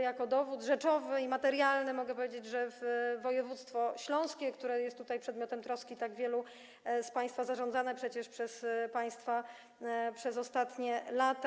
Jako dowód rzeczowy i materialny mogę wskazać województwo śląskie, które jest tutaj przedmiotem troski tak wielu z państwa, zarządzane przecież przez państwa przez ostatnie lata.